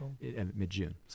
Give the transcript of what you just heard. mid-June